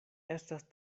estas